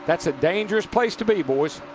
that's a dangerous place to be, boys.